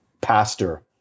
pastor